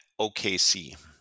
OKC